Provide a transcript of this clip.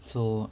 so